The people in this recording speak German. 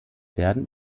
werden